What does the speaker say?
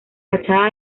fachada